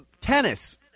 Tennis